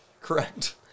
Correct